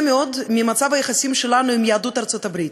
מאוד ממצב היחסים שלנו עם יהדות ארצות-הברית.